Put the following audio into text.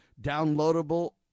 downloadable